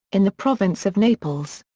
in the province of naples.